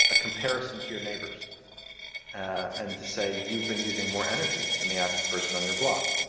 ah comparison to your neighbors and to say you've been using more energy than the average person on your block.